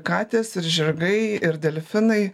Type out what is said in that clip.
katės ir žirgai ir delfinai